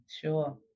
Sure